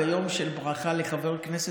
ביום של ברכה לחבר כנסת,